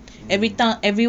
um